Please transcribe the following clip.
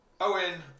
Owen